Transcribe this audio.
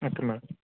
okay madam